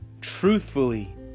Truthfully